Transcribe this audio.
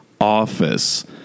office